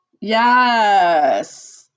yes